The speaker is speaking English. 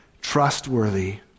trustworthy